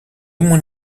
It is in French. mon